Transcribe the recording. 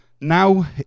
Now